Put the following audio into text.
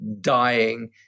dying